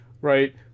right